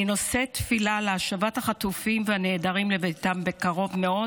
אני נושאת תפילה להשבת החטופים והנעדרים לביתם בקרוב מאוד.